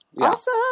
Awesome